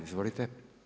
Izvolite.